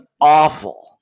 awful